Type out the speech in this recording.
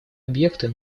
объекты